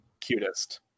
Cutest